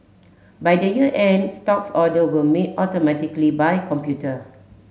by the year end stocks order will made automatically by computer